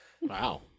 Wow